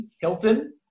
Hilton